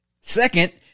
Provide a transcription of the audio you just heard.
Second